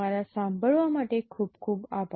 તમારા સાંભળવા માટે ખૂબ ખૂબ આભાર